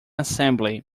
assembly